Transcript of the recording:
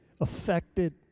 affected